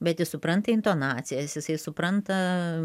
bet jis supranta intonacijas jisai supranta